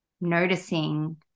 noticing